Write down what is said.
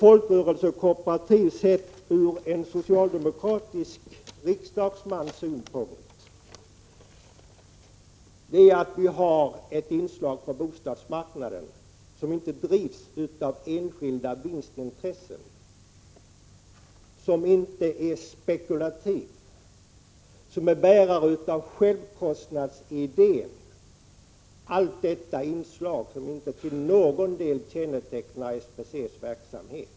Folkrörelsekooperativ innebär, sett ur en socialdemokratisk riksdagsmans synvinkel, att vi har ett inslag på bostadsmarknaden som inte drivs av enskilda vinstintressen, som inte är spekulativ, som är bärare av självkostnadsidéen. Allt detta är inslag som inte till någon del kännetecknar SBC:s verksamhet.